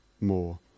more